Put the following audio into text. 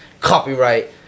copyright